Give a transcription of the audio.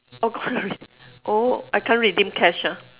oh gone alre~ oh I can't redeem cash ah